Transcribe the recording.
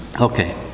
Okay